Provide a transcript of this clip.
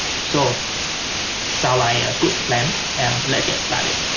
so so a ah good plan and let get started